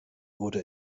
wurde